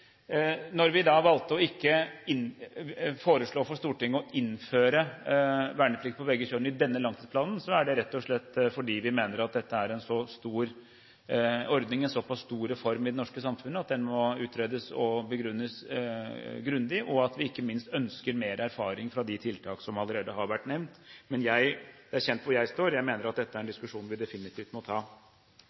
Når vi valgte å ikke foreslå for Stortinget å innføre verneplikt for begge kjønn i denne langtidsplanen, er det rett og slett fordi vi mener at dette er en så stor ordning, en så pass stor reform i det norske samfunnet, at den må utredes og begrunnes grundig. Ikke minst ønsker vi mer erfaring fra de tiltakene som allerede har vært nevnt. Det er kjent hvor jeg står. Jeg mener dette er en diskusjon vi definitivt må ta.